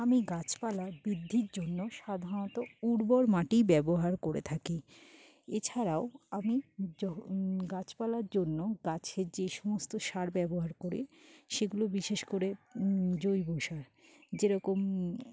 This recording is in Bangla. আমি গাছপালা বৃদ্ধির জন্য সাধারণত উর্বর মাটি ব্যবহার করে থাকি এছাড়াও আমি গাছপালার জন্য গাছে যে সমস্ত সার ব্যবহার করি সেগুলো বিশেষ করে জৈব সার যেরকম